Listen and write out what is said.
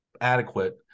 adequate